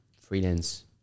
freelance